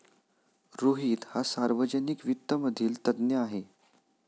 रोहित हा सार्वजनिक वित्त मधील तज्ञ आहे